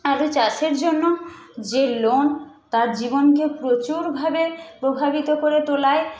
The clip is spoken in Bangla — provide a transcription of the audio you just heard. আলু চাষের জন্য যে লোন তার জীবনকে প্রচুরভাবে প্রভাবিত করে তোলায়